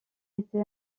été